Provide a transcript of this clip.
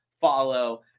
follow